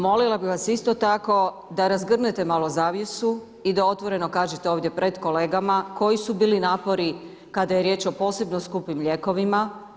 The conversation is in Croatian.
Molila bih vas isto tako da razgrnete malo zavjesu i da otvoreno kažete ovdje pred kolegama koji su bili napori kada je riječ o posebno skupim lijekovima.